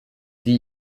die